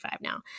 now